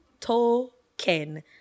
Token